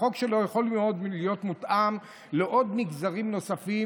החוק שלו יכול להיות מותאם מאוד למגזרים נוספים,